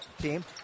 team